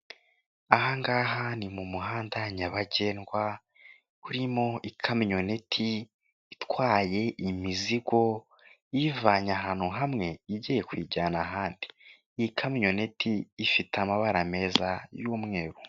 Aha ngaha ni mu muhanda nyabagendwa urimo ikamyoniti itwaye imizigo iyivanye ahantu hamwe igiye kuyijyana ahandi, iyi kamyoneti ifite amabara meza y'umweru.